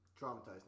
Traumatized